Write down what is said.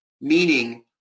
meaning